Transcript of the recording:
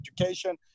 education